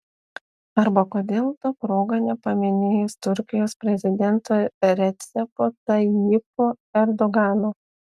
arba kodėl ta proga nepaminėjus turkijos prezidento recepo tayyipo erdogano